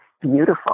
beautiful